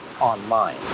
online